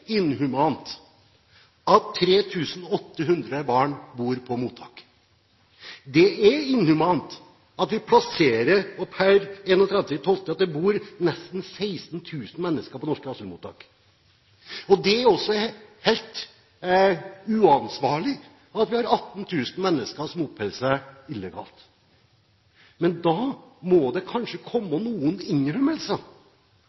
inhumant at 3 800 barn bor på mottak. Det er inhumant at det per 31. desember bor nesten 16 000 mennesker på norske asylmottak. Det er også helt uansvarlig at vi har 18 000 mennesker som oppholder seg her illegalt. Men da må det kanskje komme